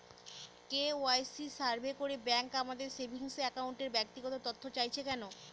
KYC survey করে bank আমাদের saving অ্যাকাউন্টের ব্যক্তিগত তথ্য চাইছে কেন?